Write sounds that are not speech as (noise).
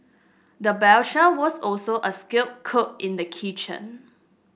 the (unintelligible) was also a skilled cook in the kitchen